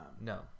no